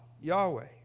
Yahweh